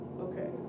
Okay